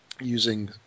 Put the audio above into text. using